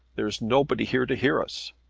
there is nobody here to hear us.